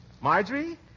Marjorie